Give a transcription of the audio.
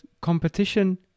competition